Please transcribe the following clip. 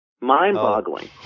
Mind-boggling